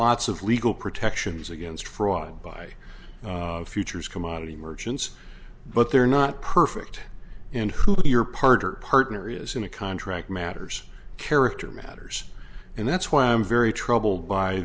lots of legal protections against fraud by futures commodity merchants but they're not perfect in who your partner partner is in a contract matters character matters and that's why i'm very troubled by